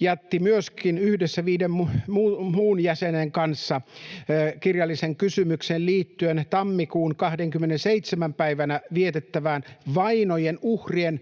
jätti myöskin yhdessä viiden muun jäsenen kanssa kirjallisen kysymyksen liittyen tammikuun 27. päivänä vietettävään vainojen uhrien